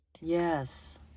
Yes